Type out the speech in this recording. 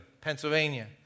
Pennsylvania